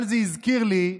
אבל זה הזכיר לי,